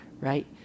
Right